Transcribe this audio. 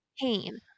pain